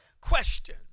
Question